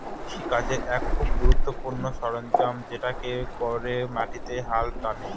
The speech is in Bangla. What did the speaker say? কৃষি কাজের এক খুব গুরুত্বপূর্ণ সরঞ্জাম যেটাতে করে মাটিতে হাল টানে